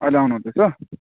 अहिले आउनु हुँदैछ